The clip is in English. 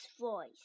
voice